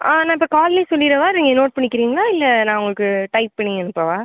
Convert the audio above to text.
ஆ நான் இப்போ கால்லையே சொல்லிவிடவா நீங்கள் நோட் பண்ணிக்குறீங்களா இல்லை நான் உங்களுக்கு டைப் பண்ணி அனுப்பவா